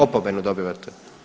Opomenu dobivate.